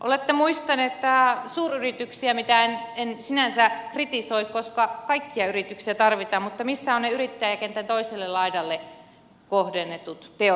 olette muistaneet suuryrityksiä mitä en sinänsä kritisoi koska kaikkia yrityksiä tarvitaan mutta missä ovat ne yrittäjäkentän toiselle laidalle kohdennetut teot